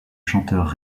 chanteur